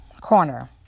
Corner